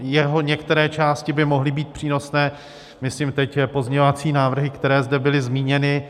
Jeho některé části by mohly být přínosné myslím teď pozměňovací návrhy, které zde byly zmíněny.